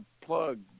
plug